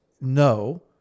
no